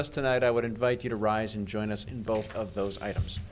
us tonight i would invite you to rise and join us in both of those items